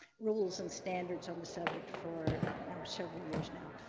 rules and standards on the subject for you know several years. now.